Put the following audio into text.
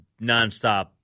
nonstop